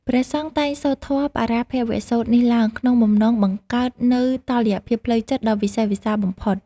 ព្រះសង្ឃតែងសូត្រធម៌បរាភវសូត្រនេះឡើង ក្នុងបំណងបង្កើតនូវតុល្យភាពផ្លូវចិត្តដ៏វិសេសវិសាលបំផុត។